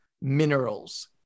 minerals